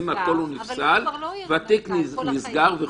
והתיק נסגר,